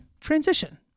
transition